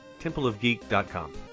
templeofgeek.com